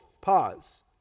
pause